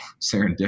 serendipity